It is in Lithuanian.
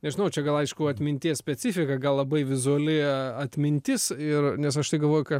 nežinau čia gal aišku atminties specifika gal labai vizuali atmintis ir nes aš tai galvoju ką